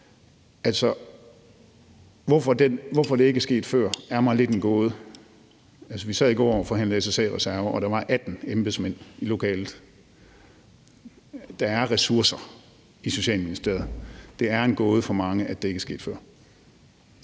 klar. Hvorfor det ikke er sket før, er mig lidt en gåde. Vi sad i går og forhandlede SSA-reserve, og der var 18 embedsmænd i lokalet. Der er ressourcer i Social- og Boligministeriet. Der er en gåde for mange, at det ikke er sket før.